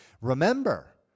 Remember